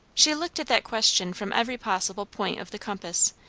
she looked at that question from every possible point of the compass,